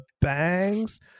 bangs